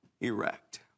erect